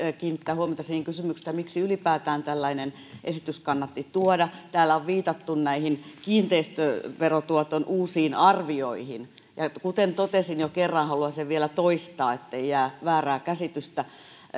kiinnittää huomiota siihen kysymykseen miksi ylipäätään tällainen esitys kannatti tuoda täällä on viitattu näihin kiinteistöverotuoton uusiin arvioihin ja kuten totesin jo kerran ja haluan sen vielä toistaa ettei jää väärää käsitystä